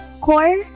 Core